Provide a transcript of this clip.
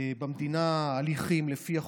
במדינה הליכים לפי החוק,